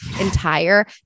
entire